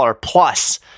plus